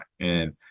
And-